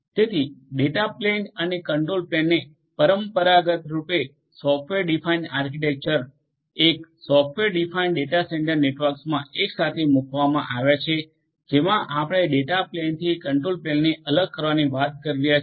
તેથી data plane અને control પ્લેનને પરંપરાગત રૂપે સોફ્ટવેર ડિફાઇન આર્કિટેક્ચર એક સોફ્ટવેર ડિફાઇન ડેટા સેન્ટર નેટવર્કમાં એક સાથે મૂકવામાં આવ્યાં છે જેમા આપણે ડેટા પ્લેનથી કંટ્રોલ પ્લેનને અલગ કરવાની વાત કરી રહ્યા છીએ